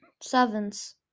Sevens